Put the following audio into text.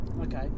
Okay